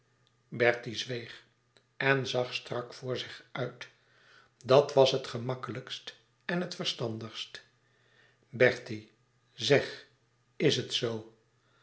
bertie zweeg en zag strak voor zich uit dat was het gemakkelijkst en het verstandigst bertie zeg is het zoo